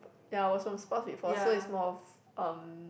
ya I was from sports before so is more of um